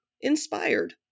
inspired